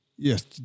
Yes